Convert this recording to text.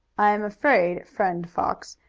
i am afraid, friend fox,